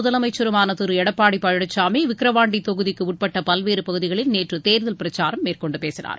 முதலமைச்சருமான திரு பழனிசாமி விக்கிரவாண்டி தொகுதிக்குட்பட்ட பல்வேறு பகுதிகளில் நேற்று தேர்தல் பிரச்சாரம் மேற்கொண்டு பேசினார்